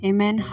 Amen